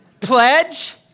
pledge